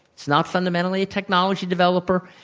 it's not fundamentally a technology developer.